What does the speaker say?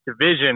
division